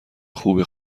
خوبی